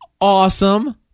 Awesome